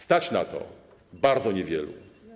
Stać na to bardzo niewielu.